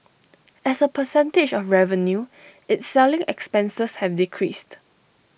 as A percentage of revenue its selling expenses have decreased